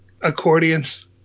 accordions